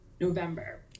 November